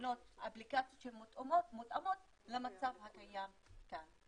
ולבנות אפליקציות שמותאמות למצב הקיים כאן.